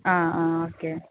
ആ ആ ഓക്കെ